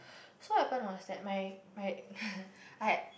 so what happen was that my my I had